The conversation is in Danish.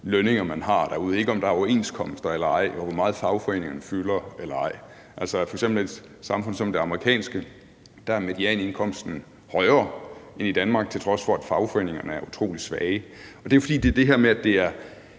lønninger man har derude, ikke om der er overenskomster eller ej, og hvor meget fagforeningerne fylder eller ej. F.eks. er medianindkomsten i et samfund som det amerikanske højere end i Danmark, til trods for at fagforeningerne er utrolig svage, og det skyldes det her med, at det er